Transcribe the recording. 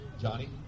Johnny